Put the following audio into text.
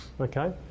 Okay